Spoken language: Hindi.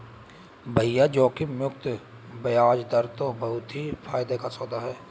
भैया जोखिम मुक्त बयाज दर तो बहुत ही फायदे का सौदा है